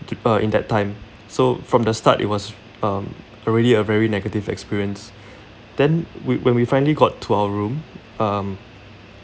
to uh in that time so from the start it was um already a very negative experience then we when we finally got to our room um